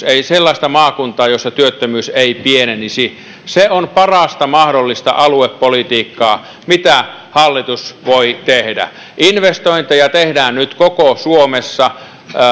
ei sellaista maakuntaa jossa työttömyys ei pienenisi se on parasta mahdollista aluepolitiikkaa mitä hallitus voi tehdä investointeja tehdään nyt koko suomessa